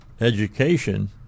education